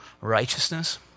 righteousness